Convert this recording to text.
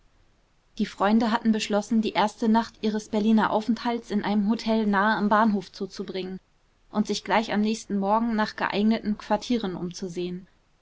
die freunde hatten beschlossen die erste nacht ihres berliner aufenthalts in einem hotel nahe am bahnhof zuzubringen und sich gleich am nächsten morgen nach geeigneten quartieren umzusehen